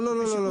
לא, לא, לא.